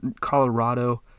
Colorado